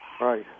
Right